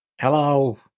Hello